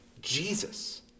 Jesus